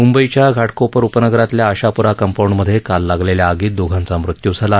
मंबईच्या घाटकोपर उपनगरातल्या आशाप्रा कंपाऊंडमधे काल लागलेल्या आगीत दोघांचा मृत्यू झाला आहे